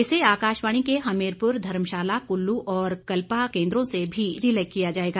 इसे आकाशवाणी के हमीरपुर धर्मशाला कुल्लू और कल्पा केंद्रों से भी रिले किया जाएगा